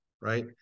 right